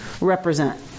Represent